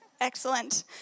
Excellent